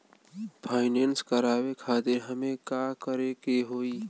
Finance करावे खातिर हमें का करे के होई?